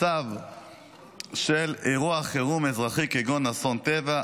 מצב של אירוע חירום אזרחי כגון אסון טבע,